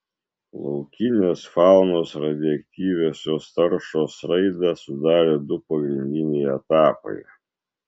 laukinės faunos radioaktyviosios taršos raidą sudarė du pagrindiniai etapai